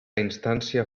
instància